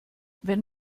wenn